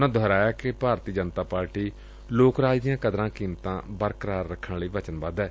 ਉਨ੍ਹਾਂ ਦੁਹਰਾਇਆ ਕਿ ਭਾਰਤੀ ਜਨਤਾ ਪਾਰਟੀ ਲੋਕ ਰਾਜ ਦੀਆਂ ਕਦਰਾ ਕੀਮਤਾਂ ਬਰਕਰਾਰ ਰੱਖਣ ਲਈ ਵਚਨਬੱਧ ਏ